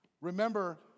Remember